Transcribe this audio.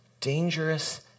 dangerous